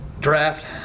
Draft